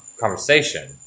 conversation